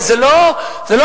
הרי זה לא המצאה,